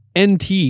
NT